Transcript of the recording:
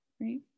Right